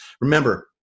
remember